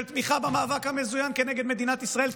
של תמיכה במאבק מזוין נגד מדינת ישראל,